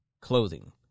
clothing